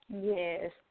Yes